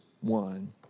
one